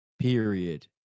period